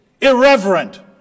irreverent